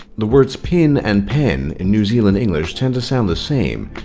the words pin and pen in new zealand english tend to sound the same,